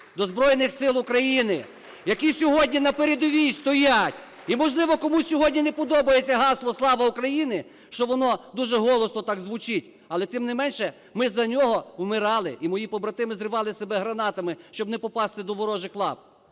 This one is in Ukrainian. до Збройних Сил України, які сьогодні на передовій стоять. І, можливо, комусь сьогодні не подобається гасло "Слава Україні!", що воно дуже голосно так звучить, але тим не менше ми за нього вмирали, і мої побратими взривали себе гранатами, щоб не попасти до ворожих лап.